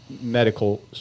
medical